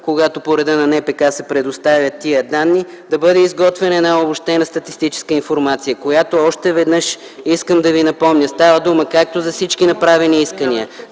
когато по реда на НПК се предоставят тези данни, да изготвят една обобщена статистическа информация. Още веднъж искам да ви напомня, става дума както за всички направени искания,